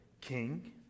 king